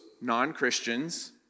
non-Christians